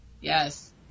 Yes